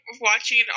watching